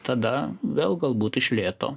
tada vėl galbūt iš lėto